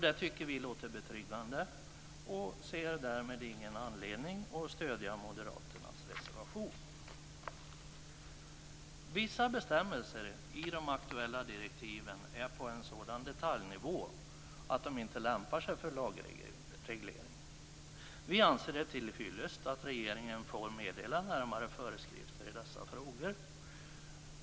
Det tycker vi låter betryggande och ser därmed ingen anledning att stödja Moderaternas reservation. Vissa bestämmelser i de aktuella direktiven är på en sådan detaljnivå att de inte lämpar sig för lagreglering. Vi anser det tillfyllest att regeringen får meddela närmare föreskrifter i dessa frågor.